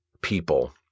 people